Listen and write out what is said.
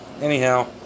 Anyhow